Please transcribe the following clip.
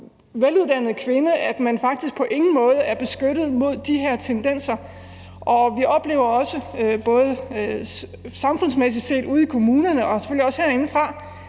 veluddannet kvinde, at man faktisk på ingen måde er beskyttet mod de her tendenser. Vi oplever også, både samfundsmæssigt set ude i kommunerne og selvfølgelig også herindefra,